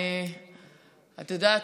את יודעת,